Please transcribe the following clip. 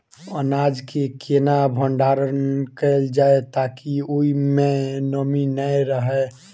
अनाज केँ केना भण्डारण कैल जाए ताकि ओई मै नमी नै रहै?